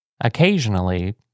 Occasionally